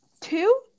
Two